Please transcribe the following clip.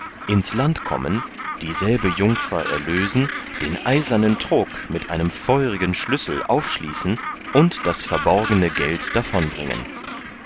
ins land kommen dieselbe jungfer erlösen den eisernen trog mit einem feurigen schlüssel aufschließen und das verborgene geld